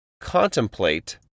Contemplate